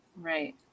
Right